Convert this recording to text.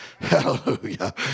hallelujah